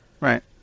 right